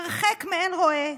הרחק מעין רואה,